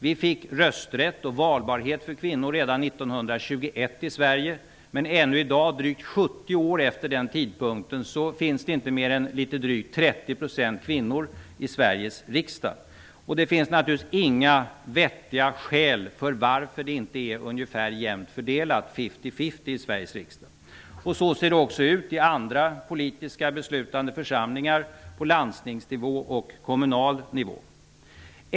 Vi fick rösträtt och valbarhet för kvinnor redan 1921 i Sverige, men ännu i dag, drygt 70 år senare, finns inte mer än litet drygt 30 % kvinnor i Sveriges riksdag. Det finns naturligtvis inga vettiga skäl till att det inte är ungefär jämnt fördelat -- fifty-fifty -- i Sveriges riksdag. Det är det inte heller i andra politiska beslutande församlingar på landstingsnivå och på kommunal nivå.